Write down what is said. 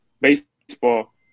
baseball